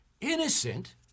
innocent